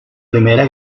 primera